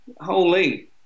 holy